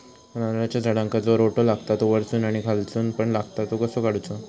नारळाच्या झाडांका जो रोटो लागता तो वर्सून आणि खालसून पण लागता तो कसो काडूचो?